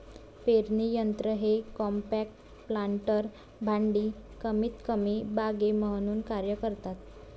पेरणी यंत्र हे कॉम्पॅक्ट प्लांटर भांडी कमीतकमी बागे म्हणून कार्य करतात